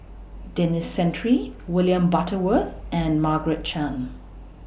Denis Santry William Butterworth and Margaret Chan